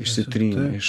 išsitrynė iš